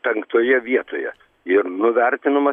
penktoje vietoje ir nuvertinamas